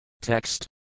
Text